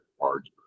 argument